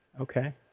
Okay